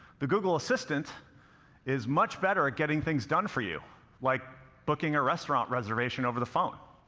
the google assistant is much better at getting things done for you like booking a restaurant reservation over the phone.